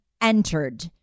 entered